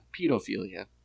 pedophilia